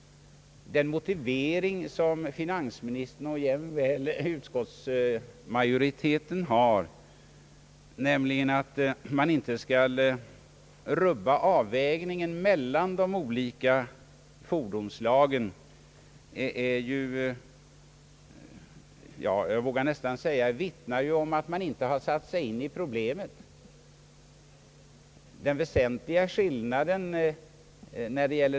Den motivering som finansministern och jämväl utskottsmajoriteten har, nämligen att man inte skall rubba avvägningen mellan de olika fordonsslagen, bär, vågar jag säga, vittne om att man inte satt sig in i problematiken.